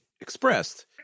expressed